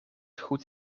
goed